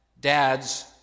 Dads